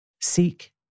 seek